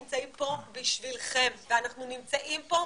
נמצאים פה בשבילכם ואנחנו נמצאים פה,